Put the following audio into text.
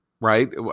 right